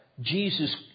Jesus